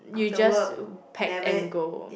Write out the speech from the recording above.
you just pack and go